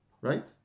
right